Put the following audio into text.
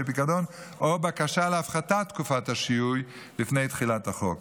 פיקדון או בקשה להפחתת תקופת השיהוי לפני תחילת החוק,